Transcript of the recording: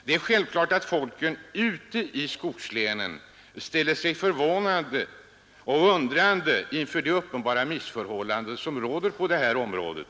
Det är självklart att folket ute i skogslänen ställer sig undrande inför de uppenbara missförhållanden som råder på detta område.